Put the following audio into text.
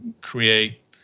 create